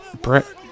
Brett